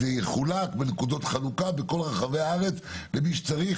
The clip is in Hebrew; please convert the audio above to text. שזה יחולק בנקודות חלוקה בכל רחבי הארץ למי שצריך.